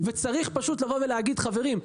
צריך להגיד: חברים,